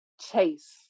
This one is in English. chase